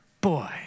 Boy